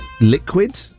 liquid